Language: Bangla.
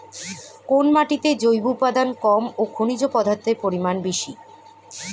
কোন মাটিতে জৈব উপাদান কম ও খনিজ পদার্থের পরিমাণ বেশি?